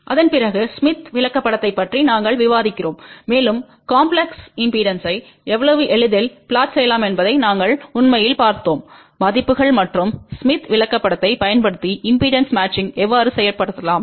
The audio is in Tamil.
அதன்பிறகு ஸ்மித் விளக்கப்படத்தைப் பற்றி நாங்கள் விவாதிக்கிறோம் மேலும் காம்ப்லெஸ் இம்பெடன்ஸ்தை எவ்வளவு எளிதில் புளொட் செய்யலாம் என்பதை நாங்கள் உண்மையில் பார்த்தோம் மதிப்புகள் மற்றும் ஸ்மித் விளக்கப்படத்தைப் பயன்படுத்தி இம்பெடன்ஸ் பொருத்தம் எவ்வாறு செய்யப்படலாம்